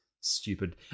Stupid